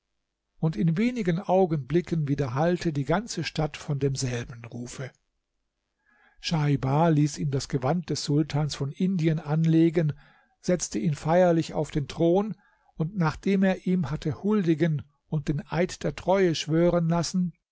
und in wenigen augenblicken widerhallte die ganze stadt von demselben rufe schaibar ließ ihm das gewand des sultans von indien anlegen setzte ihn feierlich auf den thron und nachdem er ihm hatte huldigen und den eid der treue schwören lassen